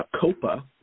COPA